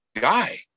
guy